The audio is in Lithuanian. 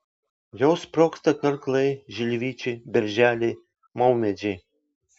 jau sprogsta karklai žilvičiai berželiai maumedžiai